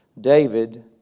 David